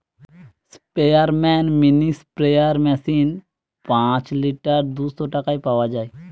স্পেয়ারম্যান mini sprayer machine পাঁচ litre দুইশ টাকায় পাওয়া যায়